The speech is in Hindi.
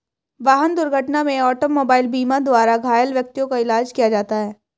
वाहन दुर्घटना में ऑटोमोबाइल बीमा द्वारा घायल व्यक्तियों का इलाज किया जाता है